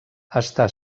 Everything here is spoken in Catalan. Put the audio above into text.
està